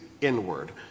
inward